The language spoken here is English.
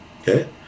okay